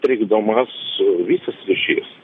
trikdomas visas ryšys